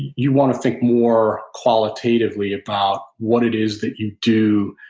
you want to think more qualitatively about what it is that you do,